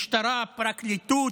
משטרה, פרקליטות,